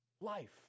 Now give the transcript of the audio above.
life